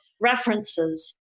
references